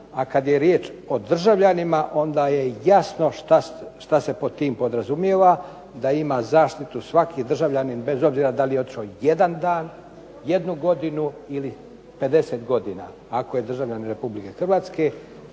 a kad je riječ o državljanima onda je jasno šta se pod tim podrazumijeva, da ima zaštitu svaki državljanin bez obzira da li je otišao jedan dan, jednu godinu, ili 50 godina, ako je državljanin Republike Hrvatske